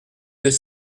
deux